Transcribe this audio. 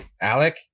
Alec